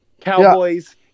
Cowboys